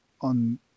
on